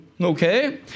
okay